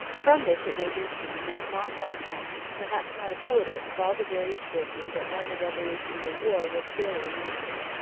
from this it may be seen that not one-half, perhaps not a quarter, of all the various forces that won the revolutionary war were purely american.